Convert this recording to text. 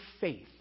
faith